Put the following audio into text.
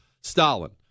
Stalin